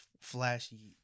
flashy